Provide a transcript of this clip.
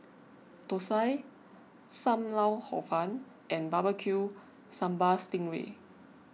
Thosai Sam Lau Hor Fun and Barbecue Sambal Sting Ray